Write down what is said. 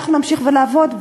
אנחנו נמשיך לעבוד,